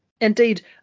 Indeed